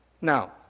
Now